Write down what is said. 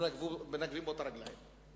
מנגבים בו את הרגליים.